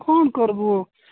କ'ଣ କରିବୁ